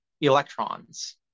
electrons